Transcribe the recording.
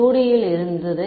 இது 2D யில் இருந்தது